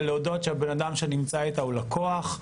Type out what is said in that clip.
להודות שהבן אדם שנמצא איתה הוא לקוח.